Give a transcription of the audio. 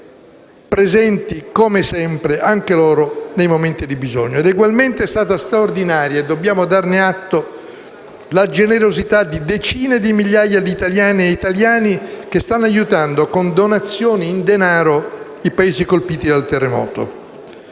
è stata straordinaria, e dobbiamo darne atto, la generosità di decine di migliaia di italiane ed italiani che stanno aiutando con donazioni in denaro i paesi colpiti dal terremoto.